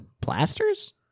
plasters